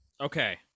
Okay